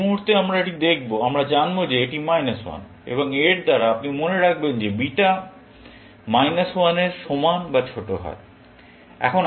যে মুহূর্তে আমরা এটি দেখব আমরা জানব যে এটি মাইনাস 1 এবং এর দ্বারা আপনি মনে রাখবেন যে বিটা মাইনাস 1 এর সমান বা ছোট হয়